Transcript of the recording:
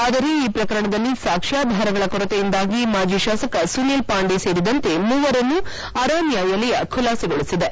ಆದರೆ ಈ ಪ್ರಕರಣದಲ್ಲಿ ಸಾಕ್ಷ್ಮಾಧಾರಗಳ ಕೊರತೆಯಿಂದಾಗಿ ಮಾಜಿ ಶಾಸಕ ಸುನೀಲ್ ಪಾಂಡೆ ಸೇರಿದಂತೆ ಮೂವರನ್ನು ಅರಾ ನ್ನಾಯಾಲಯ ಕುಲಾಸೆಗೊಳಿಸಿದೆ